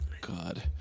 God